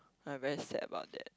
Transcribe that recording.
I very sad about that